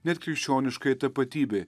net krikščioniškai tapatybei